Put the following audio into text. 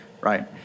right